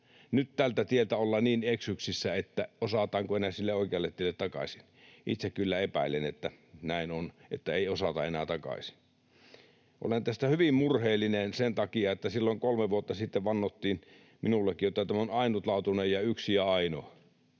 Nyt tältä tieltä ollaan niin eksyksissä, että osataanko enää sille oikealle tielle takaisin. Itse kyllä epäilen, että näin on, että ei osata enää takaisin. Olen tästä hyvin murheellinen sen takia, että silloin kolme vuotta sitten vannottiin minullekin, että tämä on ainutlaatuinen ja yksi ja ainoa.